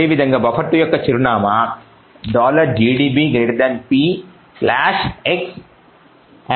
అదేవిధంగా బఫర్2 యొక్క చిరునామా gdb p x buffer2